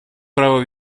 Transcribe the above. права